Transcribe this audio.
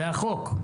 זה החוק.